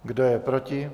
Kdo je proti?